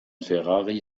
ferrari